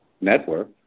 network